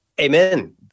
Amen